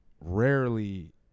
rarely